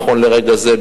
נכון לרגע זה,